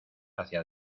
hacia